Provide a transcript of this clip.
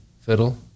fiddle